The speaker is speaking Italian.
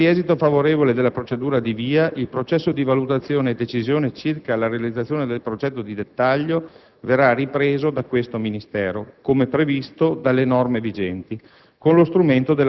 Nel caso di esito favorevole della procedura di VIA, il processo di valutazione e decisione circa la realizzazione del progetto di dettaglio verrà ripreso da questo Ministero, come previsto dalle norme vigenti,